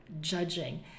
judging